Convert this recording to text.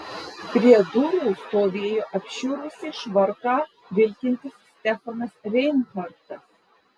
prie durų stovėjo apšiurusį švarką vilkintis stefanas reinhartas